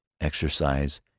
exercise